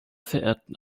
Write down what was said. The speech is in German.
verehrten